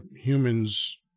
humans